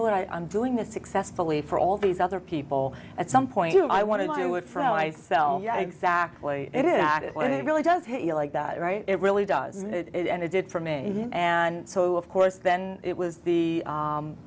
know what i'm doing this successfully for all these other people at some point i want to do it for i sell yeah exactly it is not what it really does he like that right it really does and it did for me and so of course then it was the